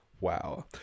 wow